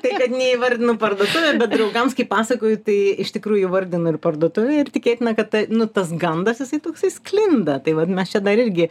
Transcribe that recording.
tai kad neįvardinu parduotuvę bet draugams kai pasakoju tai iš tikrųjų įvardinu ir parduotuvę ir tikėtina kad ta nu tas gandas jisai toksai sklinda tai vat mes čia dar irgi